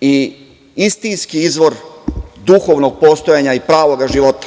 i istinski izvor duhovnog postojanja i pravoga života.